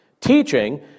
teaching